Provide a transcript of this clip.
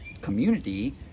community